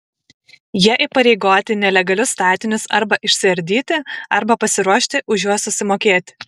jie įpareigoti nelegalius statinius arba išsiardyti arba pasiruošti už juos susimokėti